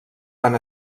van